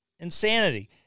Insanity